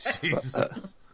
Jesus